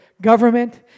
government